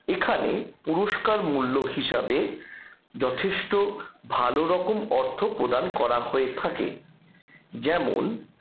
এখানে পুরস্কার মূল্য হিসাবে যথেষ্ট ভালো রকম অর্থ প্রদান করা হয়ে থাকে যেমন